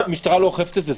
המשטרה לא אוכפת את זה.